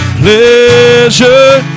pleasure